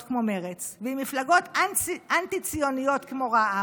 כמו מרצ ועם מפלגות אנטי-ציוניות כמו רע"מ,